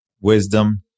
Wisdom